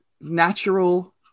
natural